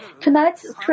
tonight's